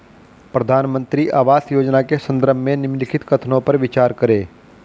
प्रधानमंत्री आवास योजना के संदर्भ में निम्नलिखित कथनों पर विचार करें?